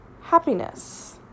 happiness